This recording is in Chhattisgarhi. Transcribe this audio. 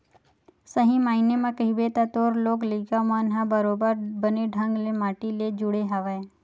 सही मायने म कहिबे त तोर लोग लइका मन ह बरोबर बने ढंग ले माटी ले जुड़े हवय